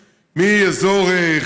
אני חושב שאנחנו עדים לתופעה,